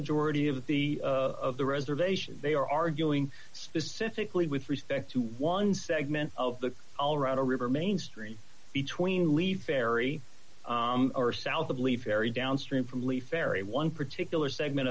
majority of the of the reservation they are arguing specifically with respect to one segment of the colorado river main stream between leave ferry or south of leave ferry downstream from lee ferry one particular